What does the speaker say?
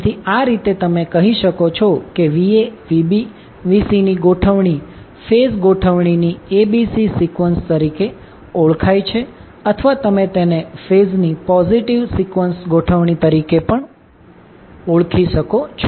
તેથી આ રીતે તમે કહી શકો છો કે Va Vb Vcની ગોઠવણી ફેઝ ગોઠવણની abc સિકવન્સ તરીકે ઓળખાય છે અથવા તમે તેને ફેઝની પોઝીટીવ સિકવન્સ ગોઠવણી તરીકે પણ ઓળખી શકો છો